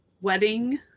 wedding